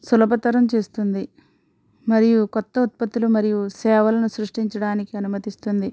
సులభతరం చేస్తుంది మరియు కొత్త ఉత్పత్తులు మరియు సేవలను సృష్టించడానికి అనుమతిస్తుంది